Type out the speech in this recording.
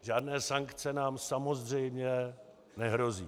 Žádné sankce nám samozřejmě nehrozí.